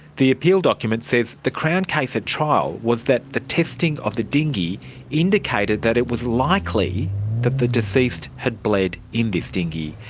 the appeal document says that the crown case at trial was that the testing of the dinghy indicated that it was likely that the deceased had bled in this dinghy.